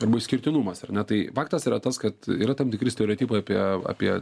arba išskirtinumas ar ne tai faktas yra tas kad yra tam tikri stereotipai apie apie